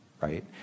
right